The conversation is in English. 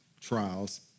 trials